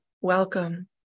welcome